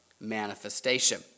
manifestation